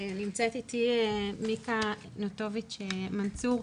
נמצאת איתי מיקה נטוביץ מנצור,